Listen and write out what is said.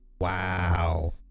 wow